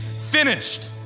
finished